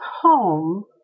home